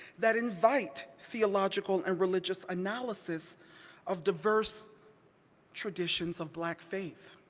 that invite theological and religious analysis of diverse traditions of black faith.